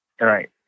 Right